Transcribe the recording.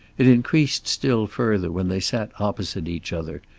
it increased still further when they sat opposite each other,